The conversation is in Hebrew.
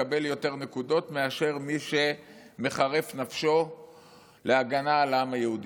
מקבל יותר נקודות מאשר מי שמחרף נפשו להגנה על העם היהודי.